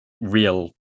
real